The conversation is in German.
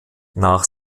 nach